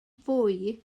fwy